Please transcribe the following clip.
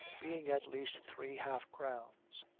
being at least three half-crowns,